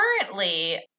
currently